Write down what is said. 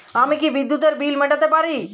আমি কি বিদ্যুতের বিল মেটাতে পারি?